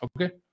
Okay